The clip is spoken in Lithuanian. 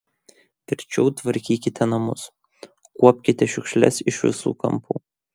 verčiau tvarkykite namus kuopkite šiukšles iš visų kampų